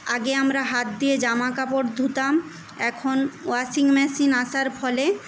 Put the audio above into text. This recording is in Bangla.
আগে আমরা হাত দিয়ে জামা কাপড় ধুতাম এখন ওয়াশিং মেশিন আসার ফলে